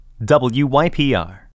WYPR